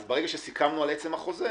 אז ברגע שסיכמנו על עצם החוזה,